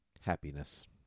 happiness